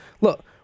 Look